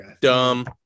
Dumb